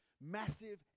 massive